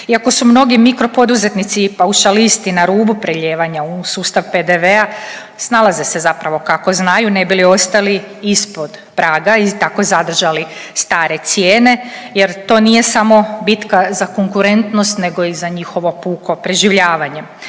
Iako su mnogi mikropoduzetnici i paušalisti na rubu prelijevanja u sustava PDV-a snalaze se zapravo kako znaju ne bi li ostali ispod praga i tako zadržali stare cijene jer to nije samo bitka za konkurentnost nego i za njihovo puko preživljavanje.